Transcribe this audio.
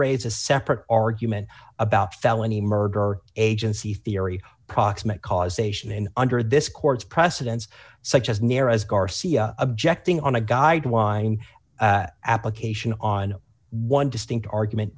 raise a separate argument about felony murder agency theory proximate cause ation in under this court's precedents such as near as garcia objecting on a guideline application on one distinct argument